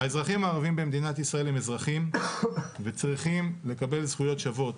האזרחים הערבים במדינת ישראל הם אזרחים וצריכים לקבל זכויות שוות.